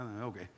Okay